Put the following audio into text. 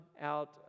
out